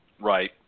Right